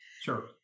Sure